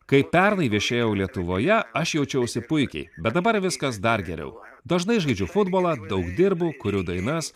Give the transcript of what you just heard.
kai pernai viešėjau lietuvoje aš jaučiausi puikiai bet dabar viskas dar geriau dažnai žaidžiu futbolą daug dirbu kuriu dainas